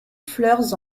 fleurs